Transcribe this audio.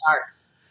sharks